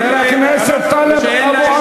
למה לא טיפלתם בהם?